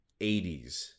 80s